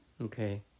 Okay